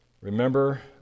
Remember